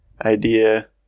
idea